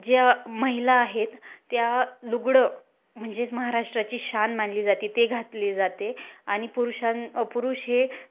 ज्या महिला आहेत त्या लुगडं म्हणजेच महाराष्ट्राची शान मानली जाते ते घातली जाते आणि पुरुषां पुरुष हे